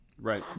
Right